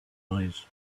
eyes